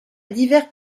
divers